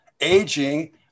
aging